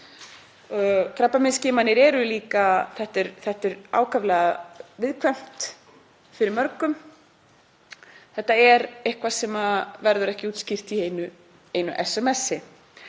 Krabbameinsskimanir eru líka ákaflega viðkvæmt fyrirbæri fyrir mörgum. Þetta er eitthvað sem verður ekki útskýrt í einu SMS,